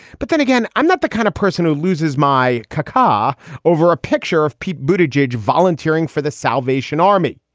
but then again, i'm not the kind of person who loses my kakkar over a picture of pete budo jej volunteering for the salvation army.